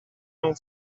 non